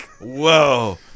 Whoa